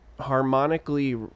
harmonically